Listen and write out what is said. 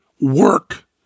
work